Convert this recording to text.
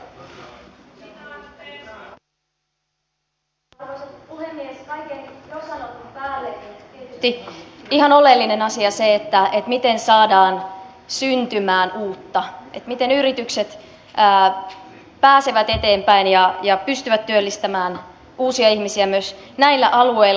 kaiken jo sanotun päälle tietysti ihan oleellinen asia on se miten saadaan syntymään uutta miten yritykset pääsevät eteenpäin ja pystyvät työllistämään uusia ihmisiä myös näillä alueilla